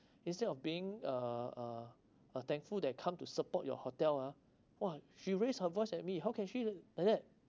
instead of being uh uh uh thankful that I come to support your hotel ah !wah! she raised her voice at me how can she like that